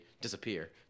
disappear